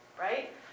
right